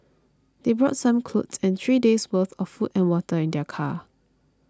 they brought some clothes and three days' worth of food and water in their car